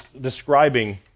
describing